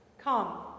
Come